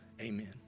amen